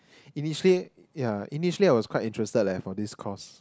initially yeah initially I was quite interested leh for this course